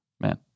Man